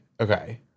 Okay